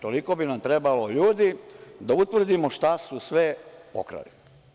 Toliko bi nam trebalo ljudi da utvrdimo šta su sve pokrali.